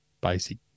basic